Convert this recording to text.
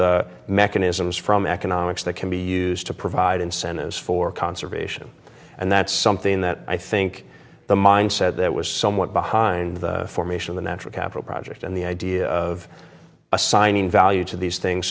the mechanisms from economics that can be used to provide incentives for conservation and that's something that i think the mindset that was somewhat behind the formation of the natural capital project and the idea of assigning value to these things